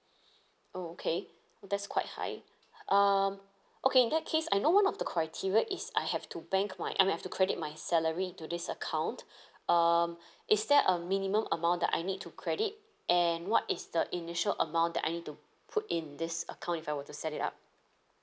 oh okay that's quite high um okay in that case I know one of the criteria is I have to bank my I mean I have to credit my salary to this account um is there a minimum amount that I need to credit and what is the initial amount that I need to put in this account if I were to set it up